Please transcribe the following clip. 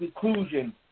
conclusion